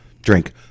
Drink